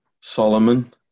Solomon